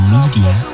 Media